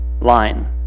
line